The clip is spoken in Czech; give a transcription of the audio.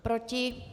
Proti?